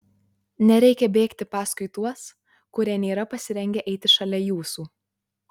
nereikia bėgti paskui tuos kurie nėra pasirengę eiti šalia jūsų